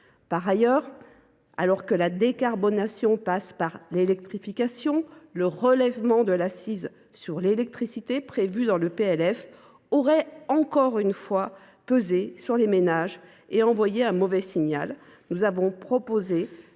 Par ailleurs, alors que la décarbonation passe par l’électrification, le relèvement de l’accise sur l’électricité prévue dans le PLF aurait une fois encore pesé sur les ménages et envoyé un mauvais signal. Nous avons proposé